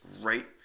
right